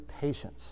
patience